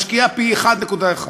משקיעה פי-1.1,